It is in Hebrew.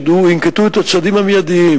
כשאנשים ידעו, הם ינקטו את הצעדים המיידיים,